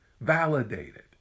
validated